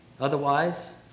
Otherwise